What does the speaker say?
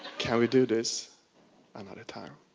can we do this another time?